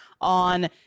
on